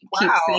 Wow